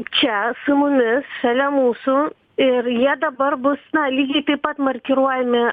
čia su mumis šalia mūsų ir jie dabar bus na lygiai taip pat markiruojami